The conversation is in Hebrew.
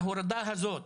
ההורדה הזאת,